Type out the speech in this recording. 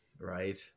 right